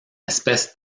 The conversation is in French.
espèce